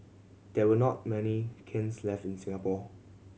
there were not many kilns left in Singapore